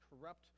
corrupt